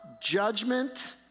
judgment